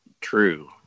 true